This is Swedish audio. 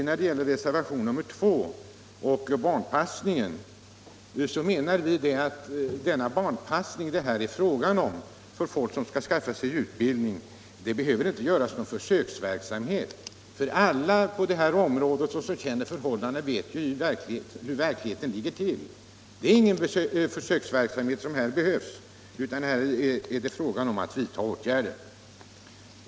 När det gäller reservationen 2 om barntillsyn menar vi att det inte behöver göras någon försöksverksamhet med den barnpassning för folk som skull skaffa sig utbildning som det här är fråga om. Alla som känner till hur verkligheten är vet att det inte behövs någon försöksverksamhet. Här är det fråga om av vidta åtgärder.